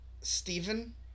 Stephen